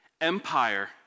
empire